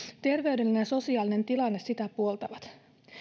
terveydellinen ja sosiaalinen tilanne sitä puoltavat